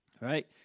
Right